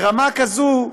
ברמה כזאת,